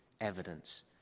evidence